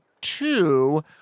two